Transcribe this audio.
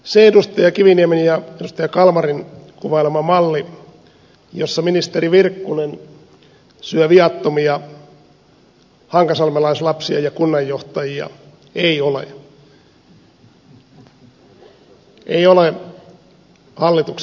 se edustaja kiviniemen ja edustaja kalmarin kuvailema malli jossa ministeri virkkunen syö viattomia hankasalmelaislapsia ja kunnanjohtajia ei ole hallituksen malli